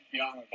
young